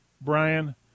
Brian